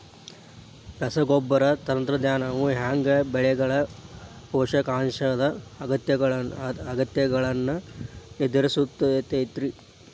ರಸಗೊಬ್ಬರ ತಂತ್ರಜ್ಞಾನವು ಹ್ಯಾಂಗ ಬೆಳೆಗಳ ಪೋಷಕಾಂಶದ ಅಗತ್ಯಗಳನ್ನ ನಿರ್ಧರಿಸುತೈತ್ರಿ?